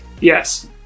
Yes